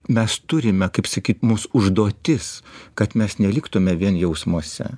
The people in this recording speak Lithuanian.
mes turime kaip sakyti mūs užduotis kad mes neliktume vien jausmuose